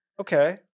Okay